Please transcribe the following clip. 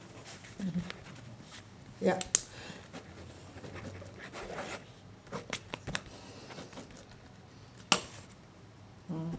yup mm